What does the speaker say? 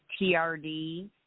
TRD